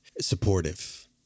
supportive